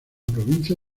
provincia